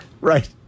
Right